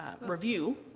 review